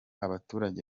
abaturage